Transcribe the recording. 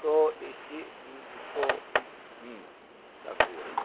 تو اس چی اس کو کیا کریے گا